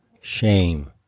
shame